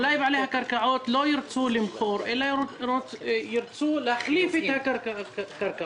אולי בעלי הקרקעות לא ירצו למכור אלא ירצו להחליף את הקרקעות?